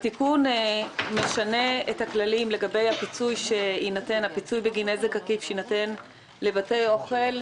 התיקון משנה את הכללים לגבי הפיצוי בגין נזק עקיף שיינתן לבתי אוכל,